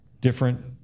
different